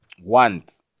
want